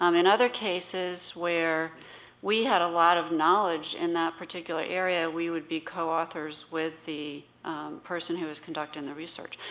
um in other cases where we had a lot of knowledge in that particular area, we would be co-authors with the person who was conducting the research.